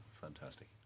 Fantastic